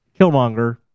Killmonger